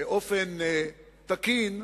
באופן תקין.